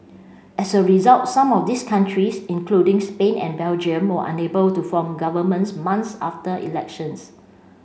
as a result some of these countries including Spain and Belgium were unable to form governments months after elections